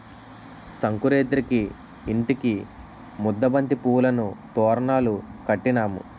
సంకురేతిరికి ఇంటికి ముద్దబంతి పువ్వులను తోరణాలు కట్టినాము